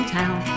town